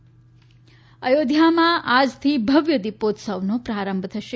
અયોધ્યા અયોધ્યામાં આજથી ભવ્ય દિપોત્સવનો પ્રારંભ થશે